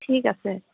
ঠিক আছে